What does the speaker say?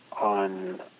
on